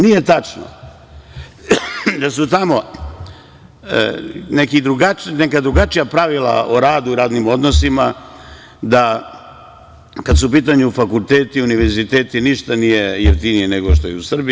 Nije tačno da su tamo neka drugačija pravila o radu, radnim odnosima, da kada su u pitanju fakulteti, univerziteti, ništa nije jeftinije nego što je u Srbiji.